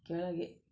ಕೆಳಗೆ